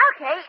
Okay